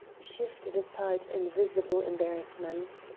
shifted aside in visible embarrassment.